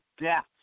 death